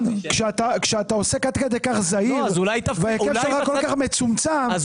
כשאתה עוסק עד כדי כך זעיר וההיקף שלך כל כך מצומצם אז